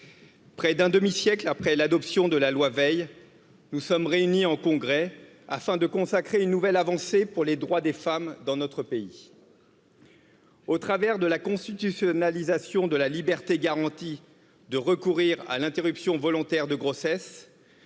Près d'un 1/2 siècle après l'adoption de la loi Veil, nous sommes réunis en congrès afin de consacrer une nouvelle avancée pour les droits des femmes dans notre pays. de la constitutionnalisation de la liberté garantie de recourir à l'interruption volontaire de grossesse,